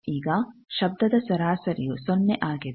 ಈಗ ಶಬ್ಧದ ಸರಾಸರಿಯು ಸೊನ್ನೆ ಆಗಿದೆ